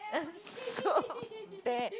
so bad